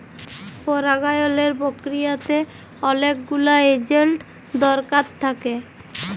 পরাগায়লের পক্রিয়াতে অলেক গুলা এজেল্ট দরকার থ্যাকে